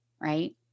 Right